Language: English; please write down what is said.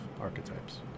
archetypes